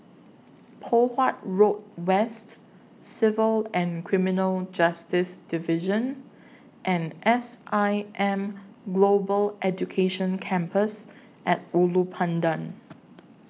Poh Huat Road West Civil and Criminal Justice Division and S I M Global Education Campus At Ulu Pandan